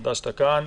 תודה שאתה כאן.